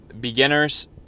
beginners